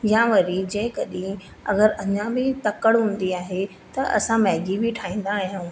या वरी जंहिं कॾहिं अगरि अञा बि तकिड़ हूंदी आहे त असां मैगी बि ठाहींदा आहियूं